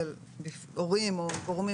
או גורמים,